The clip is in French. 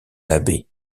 l’abbé